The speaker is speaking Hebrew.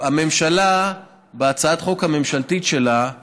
הממשלה, בהצעת החוק הממשלתית שלה,